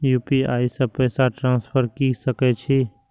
UPI से पैसा transfer की सके छी?